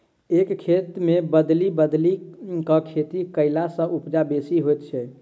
एक खेत मे बदलि बदलि क खेती कयला सॅ उपजा बेसी होइत छै